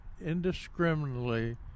indiscriminately